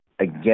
again